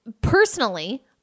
Personally